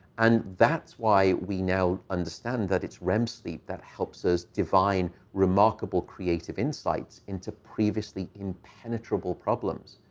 and that's why we now understand that it's rem sleep that helps us divine remarkable creative insights into previously impenetrable problems.